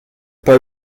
pas